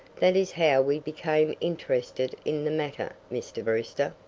that is how we became interested in the matter, mr. brewster.